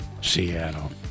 Seattle